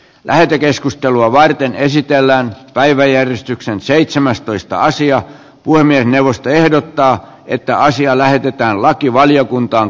lähetekeskustelua varten esitellään päiväjärjestyksen seitsemäs toista asiaa puhemiesneuvosto ehdottaa että asia lähetetään lakivaliokuntaan